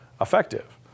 effective